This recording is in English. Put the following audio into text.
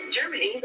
Germany